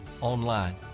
online